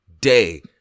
day